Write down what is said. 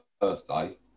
birthday